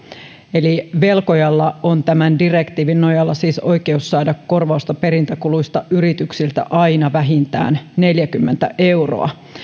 eli velkojalla on tämän direktiivin nojalla siis oikeus saada korvausta perintäkuluista yrityksiltä aina vähintään neljäkymmentä euroa